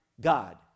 God